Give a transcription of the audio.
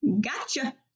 gotcha